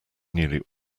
nearly